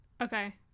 Okay